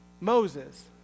Moses